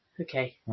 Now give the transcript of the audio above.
Okay